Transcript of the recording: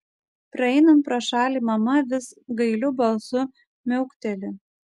praeinant pro šalį mama vis gailiu balsu miaukteli